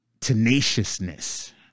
tenaciousness